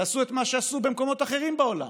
תעשו את מה שעשו במקומות אחרים בעולם,